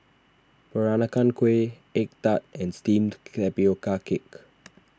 Peranakan Kueh Egg Tart and Steamed Tapioca Cake